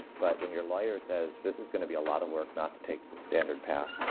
but when your lawyer says, this is going to be a lot of work not to take the standard path.